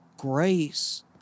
grace